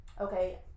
okay